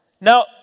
Now